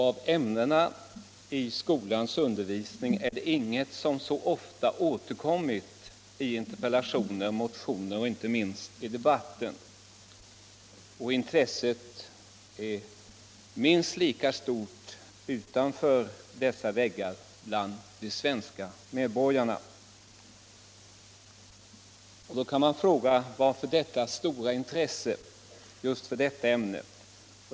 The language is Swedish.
Av ämnena i skolans undervisning är det inget som så ofta som kristendomsämnet återkommit i interpellationer, motioner och inte minst i debatten — och intresset är minst lika stort utanför dessa väggar bland de svenska medborgarna. Man kan fråga: Varför så stort intresse just för detta ämne?